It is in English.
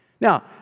Now